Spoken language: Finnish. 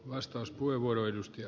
arvoisa puhemies